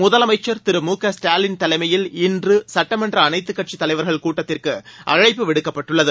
முதலமைச்சர் திரு மு க ஸ்டாலின் தலைமையில் இன்று சட்டமன்ற அனைத்துக் கட்சித் தலைவர்கள் கூட்டத்திற்கு அழைப்பு விடுக்கப்பட்டுள்ளது